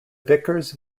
vickers